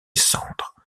cendres